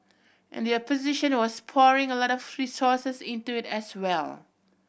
and the opposition was pouring a lot of resources into it as well